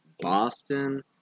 Boston